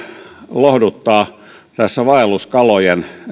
lohduttaa tässä vaelluskalojen